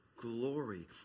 glory